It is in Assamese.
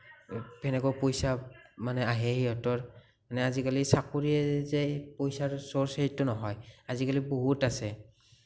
সেনেকুৱা পইচা মানে আহে সিহঁতৰ মানে আজিকালি চাকৰিয়ে যে পইচাৰ চ'ৰ্চ সেইটো নহয় আজিকালি বহুত আছে